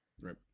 Right